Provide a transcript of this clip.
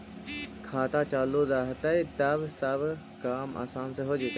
खाता चालु रहतैय तब सब काम आसान से हो जैतैय?